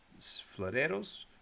floreros